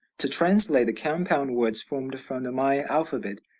to translate the compound words formed from the maya alphabet,